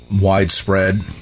widespread